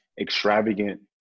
extravagant